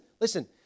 listen